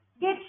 Get